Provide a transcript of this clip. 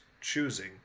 choosing